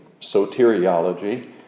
soteriology